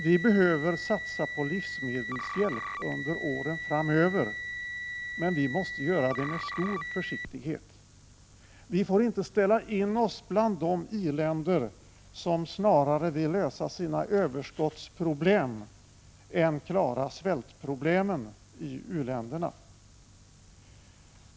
Vi behöver satsa på livsmedelshjälp under åren framöver, men vi måste göra det med stor försiktighet. Vi får inte ställa in oss bland de i-länder som snarare vill lösa sina överskottsproblem än klara svältproblemen i u-länderna.